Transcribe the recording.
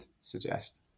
suggest